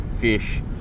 fish